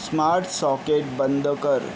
smart socket बंद कर